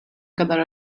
kadar